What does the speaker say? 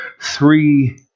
three